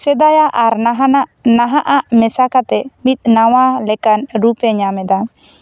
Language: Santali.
ᱥᱮᱫᱟᱭᱟᱜ ᱟᱨ ᱱᱟᱦᱟᱱᱟᱜ ᱱᱟᱦᱟᱜᱼᱟᱜ ᱢᱮᱥᱟ ᱠᱟᱛᱮ ᱢᱤᱫ ᱱᱟᱣᱟ ᱞᱮᱠᱟᱱ ᱨᱩᱯᱮ ᱧᱟᱢ ᱮᱫᱟ